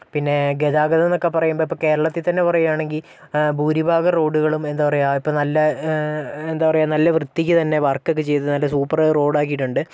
പിന്നെ ഗതാഗതം എന്നൊക്കെ പറയുമ്പോ ഇപ്പൊ കേരളത്തിൽതന്നെ പറയുകാണെങ്കിൽ ഭൂരിഭാഗം റോഡുകളും എന്താ പറയുക ഇപ്പോൾ നല്ല എന്താ പറയുക നല്ല വൃത്തിക്ക് തന്നെ വർക്ക് ഒക്കെ ചെയ്ത് നല്ല സൂപ്പർ റോഡ് ആക്കിയിട്ടുണ്ട്